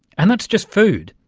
and that's just food,